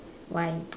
why